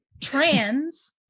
Trans